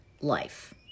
life